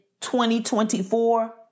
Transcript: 2024